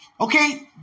Okay